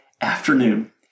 afternoon